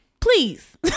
Please